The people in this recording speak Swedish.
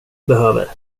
behöver